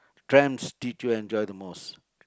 trends did you enjoy the most